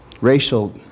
Racial